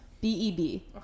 B-E-B